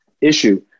issue